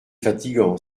fatigant